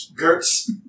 Gertz